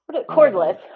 Cordless